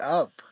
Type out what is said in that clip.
up